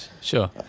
sure